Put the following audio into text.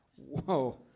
Whoa